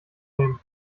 nehmen